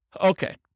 Okay